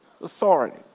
authority